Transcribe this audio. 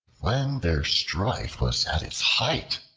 when their strife was at its height,